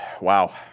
Wow